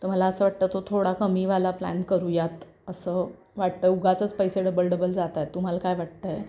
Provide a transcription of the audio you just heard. तर मला असं वाटतं तो थोडा कमीवाला प्लॅन करूयात असं वाटतं उगाचच पैसे डबल डबल जात आहेत तुम्हाला काय वाटत आहे